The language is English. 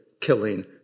killing